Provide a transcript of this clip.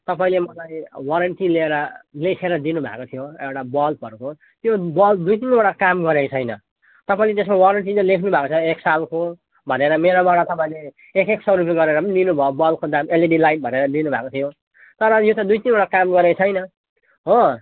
तपाईँले मलाई वारेन्टी लिएर लेखेर दिनु भएको थियो एउटा बल्बहरूको त्यो बल्ब दुई तिनवटा काम गरेको छैन तपाईँले त्यसको वारेन्टी त लेख्नु भएको छ एक सालको भनेर मेरोबाट तपाईँले एक एक सौ रुपियाँ गरेर पनि लिनु भयो बल्बको दाम एलइडी लाइट भनेर लिनु भएको थियो तर यो त दुई तिनवटा काम गरेको छैन हो